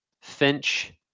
Finch